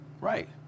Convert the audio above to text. Right